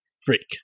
freak